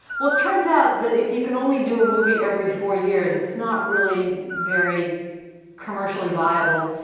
well it turns out that if you can only do a movie every four years, it's not really very commercially viable.